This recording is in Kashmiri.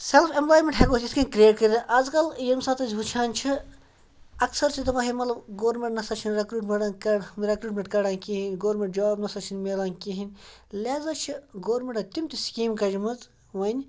سیٚلف ایمپلایمیمٮ۪نٹ ہٮ۪کو أسۍ یِتھ کٔنۍ کِریٹ کٔرِتھ اَز کَل ییٚمہِ ساتہٕ أسۍ وٕچھان چھِ اَکثَر چھِ دَپان ہے مطلب گورمٮ۪نٛٹ نَسا چھِنہٕ رٮ۪کروٗٹمینٛٹ رِکروٗٹمٮ۪نٛٹ کَڑان کِہیٖنۍ گورمٮ۪نٛٹ جاب نَسا چھِنہٕ ملان کِہیٖنۍ لہٰذا چھِ گورمٮ۪نٛٹَن تِم تہِ سِکیٖم کَجمٕژ وَنۍ